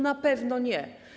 Na pewno nie.